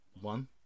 one